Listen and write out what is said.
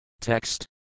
Text